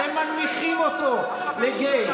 אתם מנמיכים אותו לגיי.